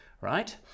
Right